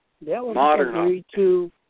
Modern